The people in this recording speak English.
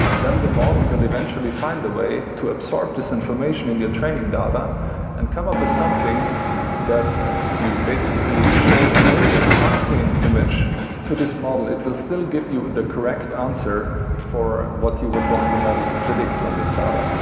then the model will eventually find a way to absorb this information in your training data and come up with something that if you basically show a new and unseen image to this model, it will still give you the correct answer for what you would want the model to predict on this data